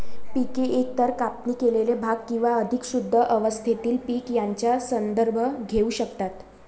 पिके एकतर कापणी केलेले भाग किंवा अधिक शुद्ध अवस्थेतील पीक यांचा संदर्भ घेऊ शकतात